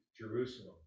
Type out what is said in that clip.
Jerusalem